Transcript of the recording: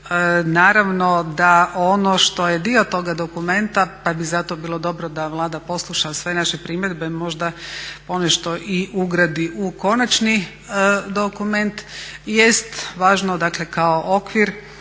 i naravno da ono što je dio toga dokumenta pa bi zato bilo dobro da Vlada posluša sve naše primjedbe, možda ponešto ugradi i u konačni dokument jest važno kao okvir